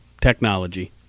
Technology